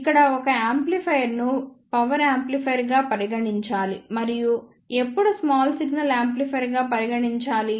ఇక్కడ ఒక యాంప్లిఫైయర్ను పవర్ యాంప్లిఫైయర్గా పరిగణించాలి మరియు ఎప్పుడు స్మాల్ సిగ్నల్ యాంప్లిఫైయర్గా పరిగణించాలి